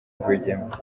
rwigema